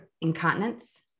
incontinence